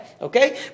okay